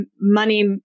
money